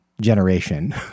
generation